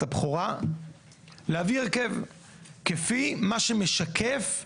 הבכורה להביא הרכב כפי מה שמשקף מהציבור.